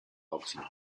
boxing